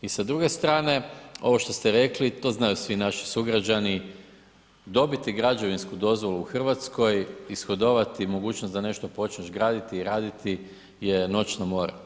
I sa druge strane, ovo što ste rekli, to znaju svi naši sugrađani, dobiti građevinsku dozvolu u RH, ishodovati mogućnost da nešto počneš graditi i raditi je noćna mora.